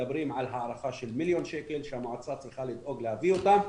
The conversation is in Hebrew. מדברים על הערכה של מיליון שקל שהמועצה צריכה לדאוג להביא אותם,